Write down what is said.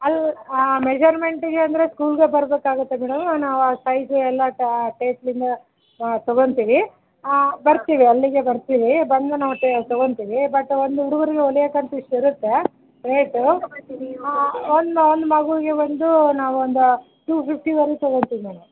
ಅಲ್ಲಿ ಮೆಷರ್ಮೆಂಟಿಗೆ ಅಂದರೆ ಸ್ಕೂಲ್ಗೆ ಬರಬೇಕಾಗುತ್ತೆ ಮೇಡಮ್ ನಾವು ಆ ಸೈಜ್ ಎಲ್ಲ ಟೇಪ್ಲಿಂದ ತೊಗೊಂತೀವಿ ಬರ್ತೀವಿ ಅಲ್ಲಿಗೆ ಬರ್ತೀವಿ ಬಂದು ನಾವು ಟೇ ತೊಗೊಂತೀವಿ ಬಟ್ ಒಂದು ಹುಡುಗ್ರಿಗೆ ಹೊಲೆಯಕ್ಕೆ ಅಂತ ಇಷ್ಟು ಇರುತ್ತೆ ರೇಟು ಒಂದು ಒಂದು ಮಗೂಗೆ ಒಂದು ನಾವೊಂದು ಟೂ ಫಿಫ್ಟಿವರಿಗೆ ತಗೋತೀವಿ ಮೇಡಮ್